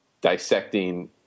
dissecting